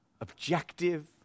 objective